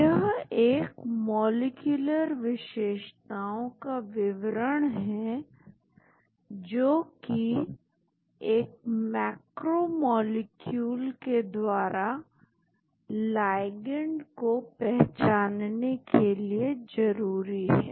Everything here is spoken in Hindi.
यह एक मॉलिक्यूलर विशेषताओं का विवरण है जोकि एक मैक्रोमोलीक्यूल के द्वारा लाइगैंड को पहचानने के लिए जरूरी है